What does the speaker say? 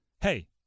hey